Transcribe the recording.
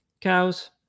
cows